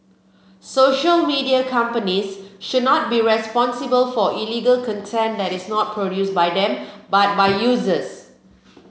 social media companies should not be responsible for illegal content that is not produced by them but by users